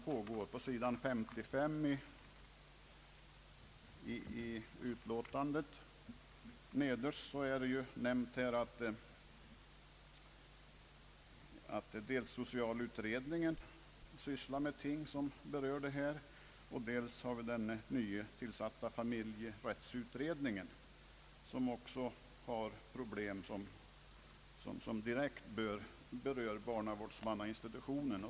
På sidan 55 i första lagutskottets utlåtande nämns det att socialutredningen sysslar med dessa ting och att den nytillsatta familjerättsutredningen också «behandlar problem som direkt berör barnavårdsinstitutionen.